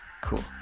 cool